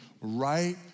right